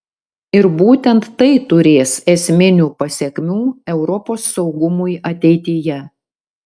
ir būtent tai turės esminių pasekmių europos saugumui ateityje